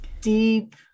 deep